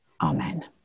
Amen